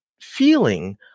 feeling